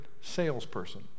salesperson